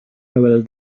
hywel